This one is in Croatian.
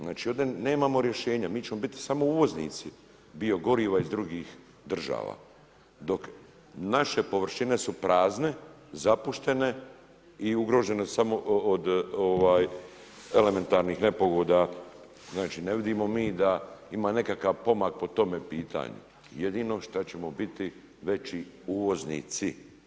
Znači ovdje nemamo rješenja, mi ćemo biti samo uvoznici biogoriva iz drugih država dok naše površine su prazne, zapuštene i ugrožene samo od elementarnih nepogoda, znači ne vidimo mi da ima nekakav pomak po tome pitanju, jedino šta ćemo biti veći uvoznici.